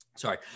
Sorry